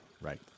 Right